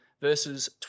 verses